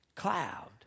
cloud